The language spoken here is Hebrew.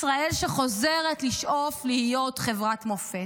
ישראל שחוזרת לשאוף להיות חברת מופת.